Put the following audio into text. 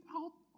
out